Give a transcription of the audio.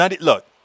Look